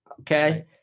Okay